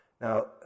Now